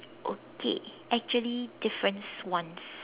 okay actually difference ones